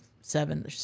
seven